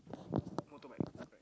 motorbike